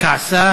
כעסה